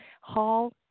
hall